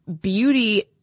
beauty